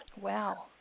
Wow